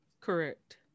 Correct